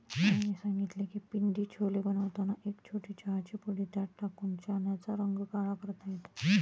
आईने सांगितले की पिंडी छोले बनवताना एक छोटी चहाची पुडी त्यात टाकून चण्याचा रंग काळा करता येतो